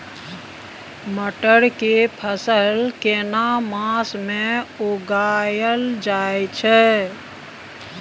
मटर के फसल केना मास में उगायल जायत छै?